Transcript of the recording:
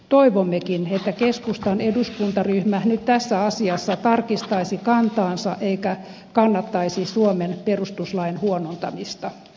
toivommekin että keskustan eduskuntaryhmä nyt tässä asiassa tarkistaisi kantaansa eikä kannattaisi suomen perustuslain huonontamista